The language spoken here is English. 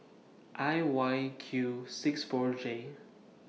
I Y Q six four J